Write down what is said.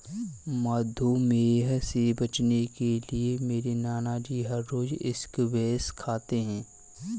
मधुमेह से बचने के लिए मेरे नानाजी हर रोज स्क्वैश खाते हैं